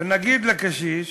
ונגיד לקשיש,